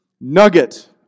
nugget